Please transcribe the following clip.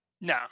No